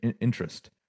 interest